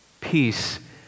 Peace